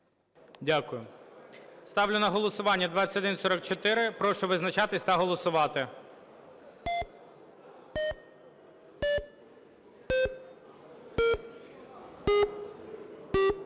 Дякую. Ставлю на голосування 2144. Прошу визначатись та голосувати.